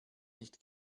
nicht